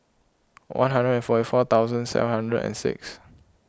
one hundred and forty four thousand seven hundred and six